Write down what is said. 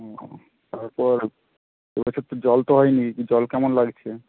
ও তারপর এ বছর তো জল তো হয় নি জল কেমন লাগছে